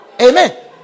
Amen